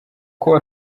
kuba